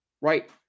right